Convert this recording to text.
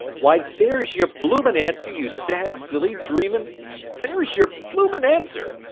why there's your bloomin' answer, you sad silly dreamin' there's your bloomin' answer!